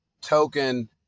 token